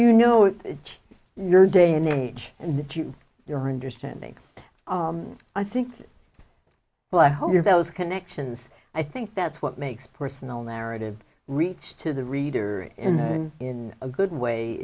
you know it is your day and age and that you your understandings i think well i hope your those connections i think that's what makes personal narrative reach to the reader and then in a good way